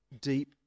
deep